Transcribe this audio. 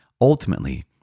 ultimately